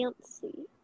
Fancy